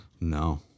No